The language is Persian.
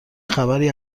خبری